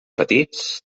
petits